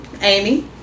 Amy